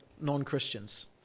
non-Christians